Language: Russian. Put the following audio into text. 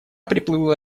приплыла